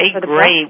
great